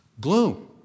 gloom